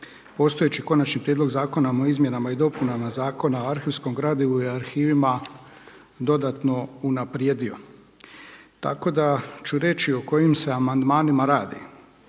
postojeći Konačni prijedlog zakona o izmjenama i dopunama Zakona o arhivskom gradivu i arhivima dodatno unaprijedio. Tako da ću reći o kojim se amandmanima radi.